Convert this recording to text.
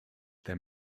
them